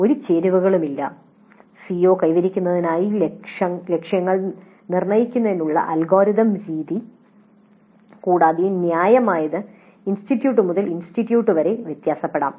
ഒരു പാചകക്കുറിപ്പും സിഒ കൈവരിക്കാനുള്ള ലക്ഷ്യങ്ങൾ നിർണ്ണയിക്കുന്നതിനുള്ള അൽഗോരിതം രീതിയും ഇല്ല കൂടാതെ ഉചിതമായ രീതി പല ഇൻസ്റ്റിറ്റ്യൂട്ടുകളിലും വ്യത്യാസപ്പെടാം